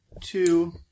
two